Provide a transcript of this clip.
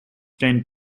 tend